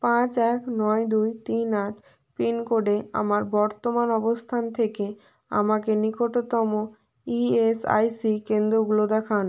পাঁচ এক নয় দুই তিন আট পিনকোডে আমার বর্তমান অবস্থান থেকে আমাকে নিকটতম ইএসআইসি কেন্দ্রগুলো দেখান